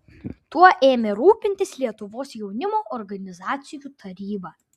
tuo ėmė rūpintis lietuvos jaunimo organizacijų taryba